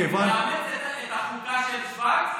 אם אתה תאמץ את החוקה של שווייץ,